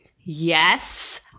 Yes